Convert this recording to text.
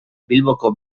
bilboko